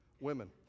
Women